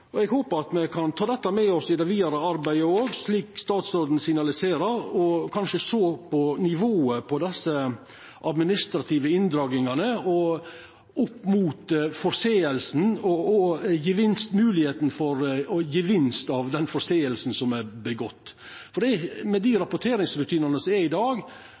Eg håpar at me kan ta dette med oss i det vidare arbeidet òg, slik statsråden signaliserer, og kanskje sjå på nivået på desse administrative inndragingane opp mot feilrapporteringar og moglegheita for gevinst av den feilrapporteringa som er gjord. For med dei rapporteringsrutinane som er i dag,